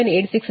87 degree